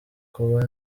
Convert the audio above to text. kuba